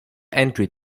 entry